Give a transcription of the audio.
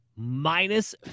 minus